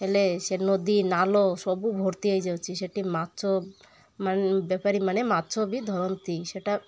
ହେଲେ ସେ ନଦୀ ନାଳ ସବୁ ଭର୍ତ୍ତି ହେଇଯାଉଛି ସେଠି ମାଛ ମାନ ବେପାରୀମାନେ ମାଛ ବି ଧରନ୍ତି ସେଟା